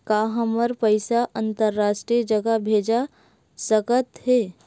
का हमर पईसा अंतरराष्ट्रीय जगह भेजा सकत हे?